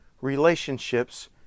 relationships